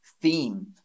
theme